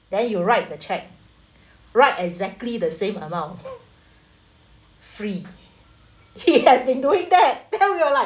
then you write the cheque write exactly the same amount free he has been doing that then we all like